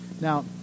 Now